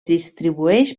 distribueix